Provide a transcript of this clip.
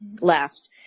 left